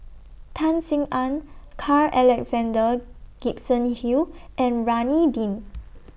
Tan Sin Aun Carl Alexander Gibson Hill and Rohani Din